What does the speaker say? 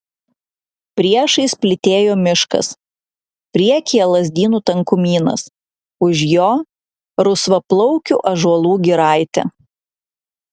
priešais plytėjo miškas priekyje lazdynų tankumynas už jo rusvaplaukių ąžuolų giraitė